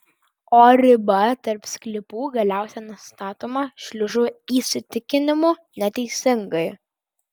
o riba tarp sklypų galiausiai nustatoma šliužų įsitikinimu neteisingai